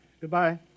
Goodbye